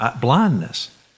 blindness